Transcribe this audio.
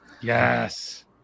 yes